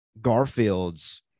Garfield's